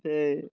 ସେ